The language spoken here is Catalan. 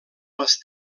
les